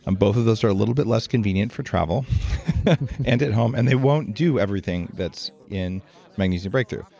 and both of those are a little bit less convenient for travel and at home, and they won't do everything that's in magnesium breakthrough.